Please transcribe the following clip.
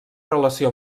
relació